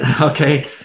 Okay